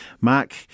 Mark